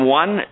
one